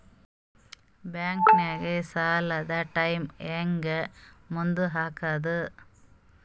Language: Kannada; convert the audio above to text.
ಬ್ಯಾಂಕ್ದಾಗ ಸಾಲದ ಟೈಮ್ ಹೆಂಗ್ ಮುಂದಾಕದ್?